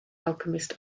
alchemist